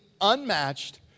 unmatched